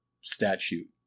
statute